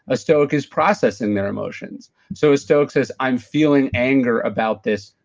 a stoic is processing their emotions. so a stoic says, i'm feeling anger about this.